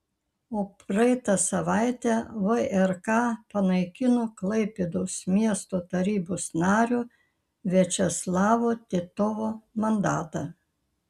o praeitą savaitę vrk panaikino klaipėdos miesto tarybos nario viačeslavo titovo mandatą